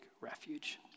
refuge